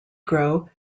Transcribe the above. grow